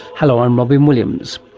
hello, i'm robyn williams.